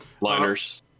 Liners